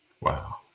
Wow